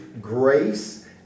grace